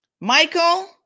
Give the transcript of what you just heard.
Michael